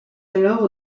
alors